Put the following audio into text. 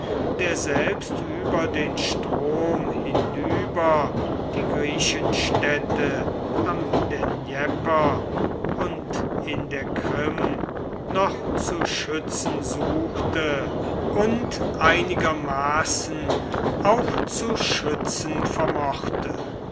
der selbst über den strom hinüber die griechenstädte am dnjepr und in der krim noch zu schützen suchte und einigermaßen auch zu schützen vermochte